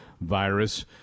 virus